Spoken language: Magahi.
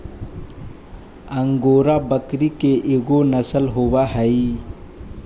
अंगोरा बकरी के एगो नसल होवऽ हई